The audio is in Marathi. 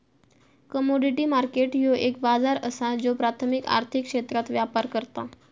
कमोडिटी मार्केट ह्यो एक बाजार असा ज्यो प्राथमिक आर्थिक क्षेत्रात व्यापार करता